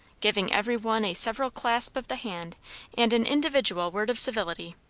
giving every one a several clasp of the hand and an individual word of civility.